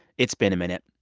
it's been a minute.